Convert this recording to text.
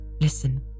listen